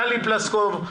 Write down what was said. טלי פלוסקוב,